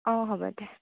অঁ হ'ব দে